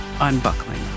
unbuckling